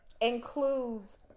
includes